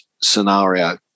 scenario